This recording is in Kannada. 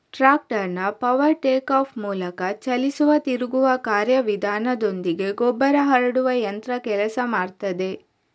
ಟ್ರಾಕ್ಟರ್ನ ಪವರ್ ಟೇಕ್ ಆಫ್ ಮೂಲಕ ಚಲಿಸುವ ತಿರುಗುವ ಕಾರ್ಯ ವಿಧಾನದೊಂದಿಗೆ ಗೊಬ್ಬರ ಹರಡುವ ಯಂತ್ರ ಕೆಲಸ ಮಾಡ್ತದೆ